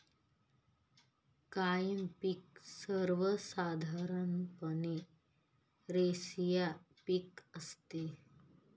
कायम पिक सर्वसाधारणपणे रेषीय पिक असते